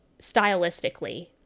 stylistically